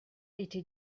été